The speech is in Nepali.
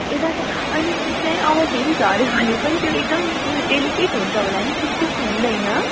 ए दादा अनि ऊ चाहिँ अब फेरि झर्यो भने पनि त्यो एकदम ऊ डेलिकेट हुन्छ होला नि कि त्यस्तो हुँदैन